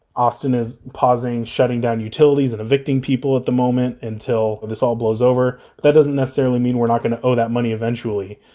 austin is pausing shutting down utilities and evicting people at the moment until this all blows over, but that doesn't necessarily mean we're not going to owe that money eventually.